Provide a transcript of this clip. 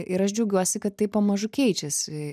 ir aš džiaugiuosi kad tai pamažu keičiasi